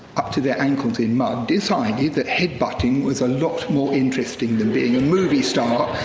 up to their ankles in mud, decided that head-butting was a lot more interesting than being a movie star,